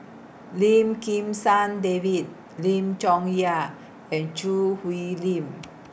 Lim Kim San David Lim Chong Yah and Choo Hwee Lim